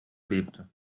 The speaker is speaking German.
bebte